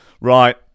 Right